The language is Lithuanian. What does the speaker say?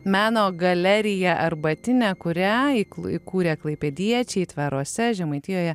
meno galerija arbatinė kurią įkūrė klaipėdiečiai tveruose žemaitijoje